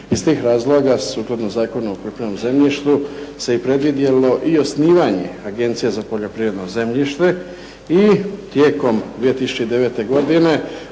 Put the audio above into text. Iz tih razloga sukladno Zakonu o poljoprivrednom zemljištu se predvidjelo i osnivanje Agencije za poljoprivredno zemljište, i tijekom 2009. godine